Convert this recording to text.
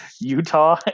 Utah